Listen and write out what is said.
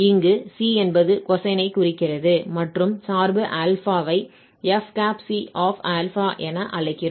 இங்கு c என்பது கொசைனைக் குறிக்கிறது மற்றும் சார்பு α ஐ fc∝ என அழைக்கிறோம்